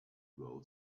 girl